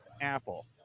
apple